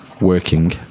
Working